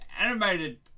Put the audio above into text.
animated